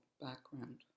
background